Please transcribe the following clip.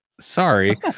sorry